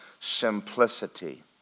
simplicity